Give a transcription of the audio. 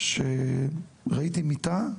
שראיתי מיטה,